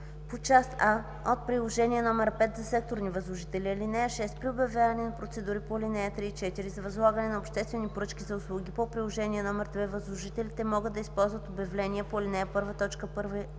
по част А от приложение № 5 – за секторни възложители. (6) При обявяване на процедури по ал. 3 или 4 за възлагане на обществени поръчки за услуги по приложение № 2 възложителите могат да използват обявление по ал. 1, т.